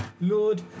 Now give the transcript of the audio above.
Lord